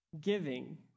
giving